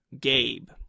Gabe